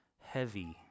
heavy